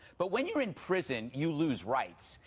but when you're in prison, you lose rights.